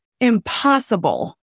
impossible